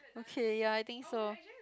okay ya I think so